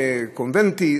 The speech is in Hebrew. פיתוחים קוונטיים.